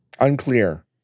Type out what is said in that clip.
Unclear